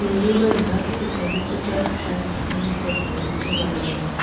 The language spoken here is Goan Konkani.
हिंदू ग्रंथांत उपासाचे तर्क शास्त्र आनी पद्दतीचें वर्णन आसा